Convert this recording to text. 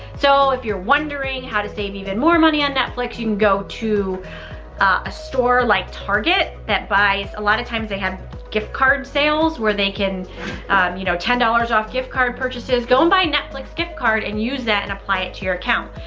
so if you're wondering how to save even more money on netflix, you can go to a store like target that buys a lot of times they have gift card sales where they can you know ten dollars off gift card purchases. go and buy netflix gift card and use that and apply it to your account.